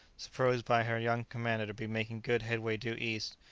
supposed by her young commander to be making good headway due east,